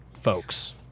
folks